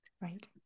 right